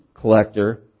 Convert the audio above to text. collector